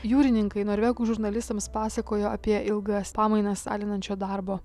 jūrininkai norvegų žurnalistams pasakojo apie ilgas pamainas alinančio darbo